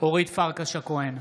אורית פרקש הכהן,